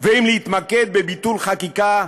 ואם להתמקד בביטול חקיקה,